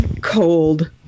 cold